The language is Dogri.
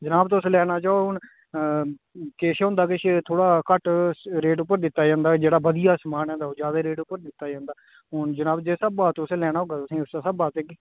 जनाब तुस लैना चाहो हून किश हुंदा किश थोह्ड़ा घट्ट रेट उप्पर दित्ता जंदा जेह्ड़ा बधियै समान ओह् ज्यादा रेट उप्पर दित्ता जंदा हून जनाब जिस स्हाबा तुसें लैना होगा तुसेंगी उस्सै स्हाबा देगे